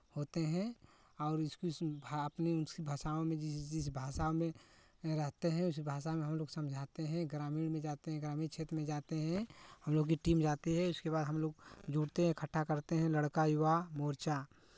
होते हैं और उसकी जिस भा आपने उसकी भाषाओं में रहते हैं उस भाषा में हमलोग समझाते हैं ग्रामीण में जाते हैं ग्रामीण क्षेत्र में जाते हैं हमलोग की टीम जाती है इसके बाद हमलोग जुड़ते हैं इकट्ठा करते हैं लड़का युवा मोर्चा